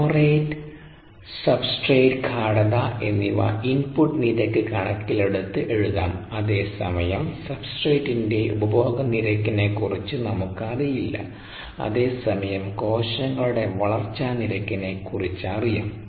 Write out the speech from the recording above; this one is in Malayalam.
ഫ്ലോ റേറ്റ് സബ്സ്ട്രേട് ഗാഢത എന്നിവ ഇൻപുട്ട് നിരക്ക് കണക്കിലെടുത്ത് എഴുതാം അതേസമയം സബ്സ്ട്രേറ്റിന്റെ ഉപഭോഗനിരക്കിനെ കുറിച്ച് നമുക്കറിയില്ല അതേസമയം കോശങ്ങളുടെ വളർച്ചാ നിരക്കിനെ കുറിച്ചറിയാം